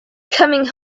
coming